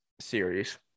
series